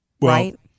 right